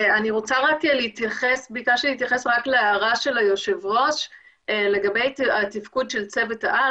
ביקשתי להתייחס רק להערה של היושב ראש לגבי התפקוד של צוות העל